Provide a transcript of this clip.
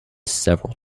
several